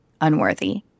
unworthy